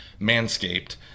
Manscaped